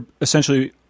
essentially